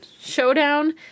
Showdown